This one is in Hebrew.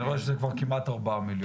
אני רואה שזה כבר כמעט 4 מיליון.